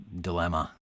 dilemma